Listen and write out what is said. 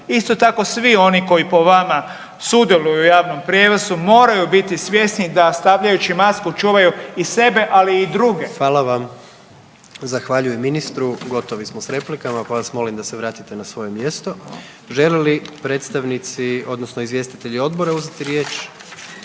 Isto tako svi oni koji po vama sudjeluju u javnom prijevozu moraju biti svjesni da stavljajući masku čuvaju i sebe, ali i druge.